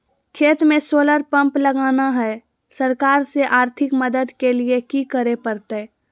खेत में solar pump लगाना है, सरकार से आर्थिक मदद के लिए की करे परतय?